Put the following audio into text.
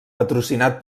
patrocinat